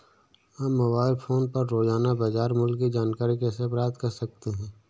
हम mobile phone पर रोजाना बाजार मूल्य की जानकारी कैसे प्राप्त कर सकते हैं?